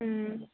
ம் ம்